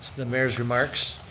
the mayor's remarks.